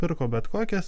pirko bet kokias